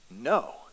No